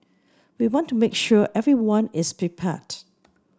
we want to make sure everyone is prepared